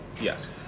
Yes